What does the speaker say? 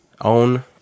own